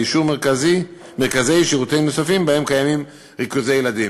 אישור מרכזי שירותים נוספים שבהם קיימים ריכוזי ילדים.